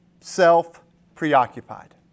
self-preoccupied